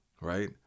Right